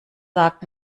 sagt